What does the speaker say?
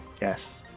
Yes